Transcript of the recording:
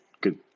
good